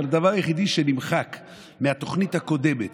אבל הדבר היחידי שנמחק מהתוכנית הקודמת